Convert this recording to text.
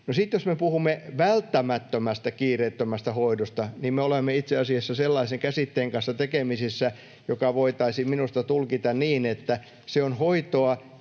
me puhumme välttämättömästä kiireettömästä hoidosta, niin me olemme itse asiassa tekemisissä sellaisen käsitteen kanssa, joka voitaisiin minusta tulkita niin, että se on hoitoa